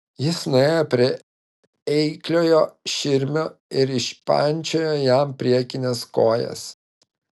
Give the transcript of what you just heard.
jis nuėjo prie eikliojo širmio ir išpančiojo jam priekines kojas